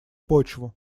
почву